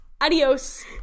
Adios